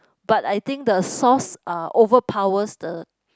but I think the sauce uh overpowers the